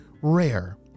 rare